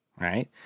right